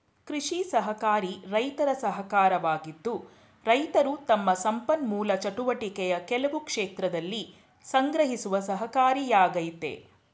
ಕೃಷಿ ಸಹಕಾರಿ ರೈತರ ಸಹಕಾರವಾಗಿದ್ದು ರೈತರು ತಮ್ಮ ಸಂಪನ್ಮೂಲ ಚಟುವಟಿಕೆಯ ಕೆಲವು ಕ್ಷೇತ್ರದಲ್ಲಿ ಸಂಗ್ರಹಿಸುವ ಸಹಕಾರಿಯಾಗಯ್ತೆ